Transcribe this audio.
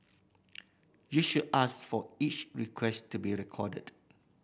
you should ask for each request to be recorded